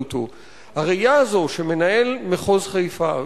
הראייה הזאת של מנהל מחוז חיפה,